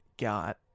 got